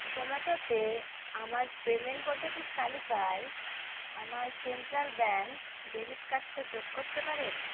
জোম্যাটোতে আমার পেমেন্ট পদ্ধতির তালিকায় আমার সেন্ট্রাল ব্যাঙ্ক ডেবিট কার্ডটা যোগ করতে পারেন